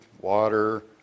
water